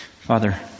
Father